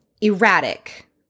erratic